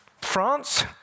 France